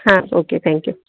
ಹಾಂ okay thank you